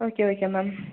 okay okay ma'am